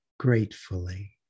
Gratefully